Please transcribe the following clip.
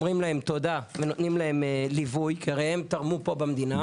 אומרים להם תודה ונותנים להם ליווי כי הרי הם תרמו פה במדינה.